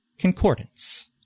Concordance